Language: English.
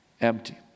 empty